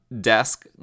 desk